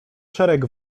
szereg